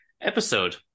episode